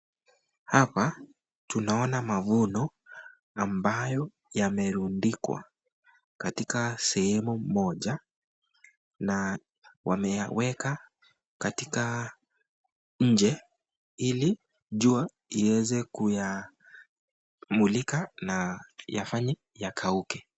Hapa tunaona mavuno ambayo yamerundikwa katika sehemu moja na wameweka inje ili jua iweze kuyamulika na yafanye yakauke.